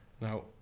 Now